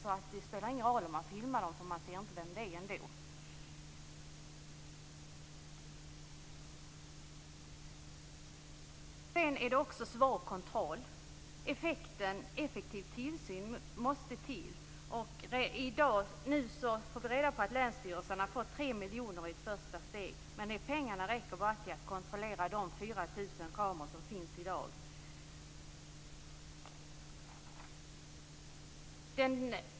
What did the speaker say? Det spelar alltså ingen roll om man filmar dem eftersom man ändå inte ser vilka de är. Kontrollen är också svår. En effektiv tillsyn måste till. Nu får vi reda på att länsstyrelserna har fått tre miljoner i ett första steg. Men de pengarna räcker bara till att kontrollera de 4 000 kameror som finns i dag.